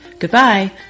goodbye